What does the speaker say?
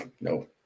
no